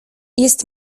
jest